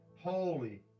holy